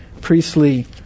priestly